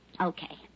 Okay